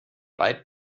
weit